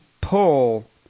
pull